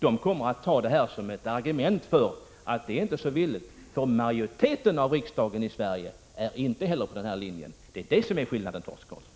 De kommer att ta detta som ett argument för att viljan inte är så stor från svensk sida, eftersom majoriteten av riksdagen i Sverige inte går på den här linjen. Det är det som är skillnaden, Torsten Karlsson.